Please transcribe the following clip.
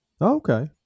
Okay